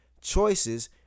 choices